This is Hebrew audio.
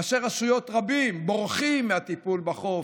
ראשי רשויות רבים בורחים מהטיפול בחוף,